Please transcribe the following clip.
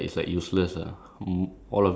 uh so called formula and all ya